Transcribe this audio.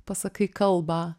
pasakai kalbą